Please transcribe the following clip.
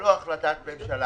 יותר משש שנים כבר ואני